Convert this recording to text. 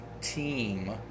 team